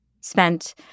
spent